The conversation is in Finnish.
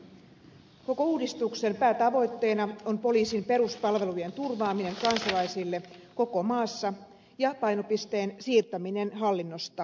koko uudistuksen päätavoitteena on poliisin peruspalvelujen turvaaminen kansalaisille koko maassa ja painopisteen siirtäminen hallinnosta kenttätyöhön